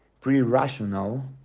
pre-rational